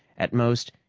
at most,